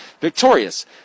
victorious